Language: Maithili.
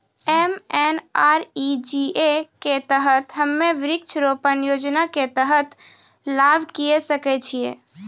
एम.एन.आर.ई.जी.ए के तहत हम्मय वृक्ष रोपण योजना के तहत लाभ लिये सकय छियै?